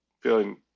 feeling